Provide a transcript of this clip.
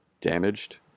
damaged